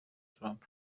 trump